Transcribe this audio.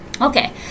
Okay